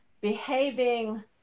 behaving